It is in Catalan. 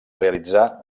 realitzar